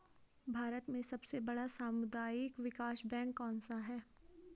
भारत में सबसे बड़ा सामुदायिक विकास बैंक कौनसा है?